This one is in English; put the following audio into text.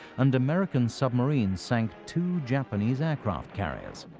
and american submarines sank two japanese aircraft carriers.